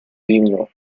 himno